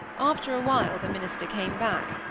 after a while, the minister came back,